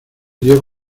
dió